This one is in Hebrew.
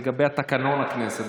לגבי תקנון הכנסת.